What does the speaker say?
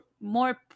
more